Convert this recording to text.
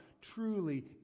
truly